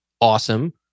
Awesome